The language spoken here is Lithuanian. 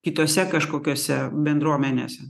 kitose kažkokiose bendruomenėse